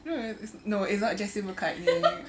no no it's not jesse mccartney